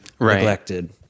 neglected